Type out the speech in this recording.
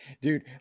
dude